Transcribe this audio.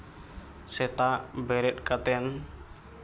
ᱥᱮᱛᱟᱜ ᱵᱮᱨᱮᱫ ᱠᱟᱛᱮᱫ